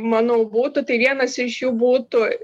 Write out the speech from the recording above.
manau būtų tai vienas iš jų būtų